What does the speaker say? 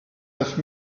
neuf